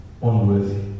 unworthy